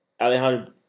Alejandro